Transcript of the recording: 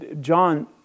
John